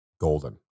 golden